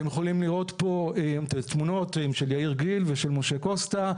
אתם יכולים לראות פה תמונות של יאיר גיל ושל משה קוסטה,